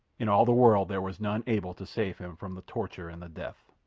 in all the world there was none able to save him from the torture and the death.